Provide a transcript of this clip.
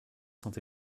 saint